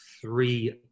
three